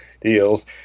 deals